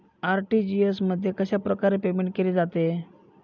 RTGS मध्ये कशाप्रकारे payment केले जाते?